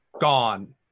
gone